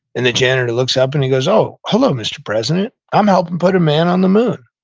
and the janitor looks up and he goes, oh, hello, mr. president. i'm helping put a man on the moon.